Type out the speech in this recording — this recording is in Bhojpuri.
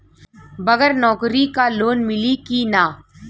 बगर नौकरी क लोन मिली कि ना?